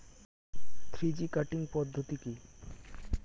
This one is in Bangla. থ্রি জি কাটিং পদ্ধতি কি?